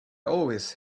always